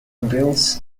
bills